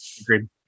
Agreed